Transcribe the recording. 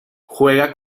juega